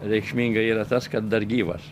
reikšminga yra tas kad dar gyvas